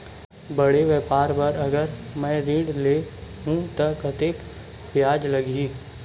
बड़े व्यापार बर अगर मैं ऋण ले हू त कतेकन ब्याज लगही?